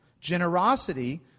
Generosity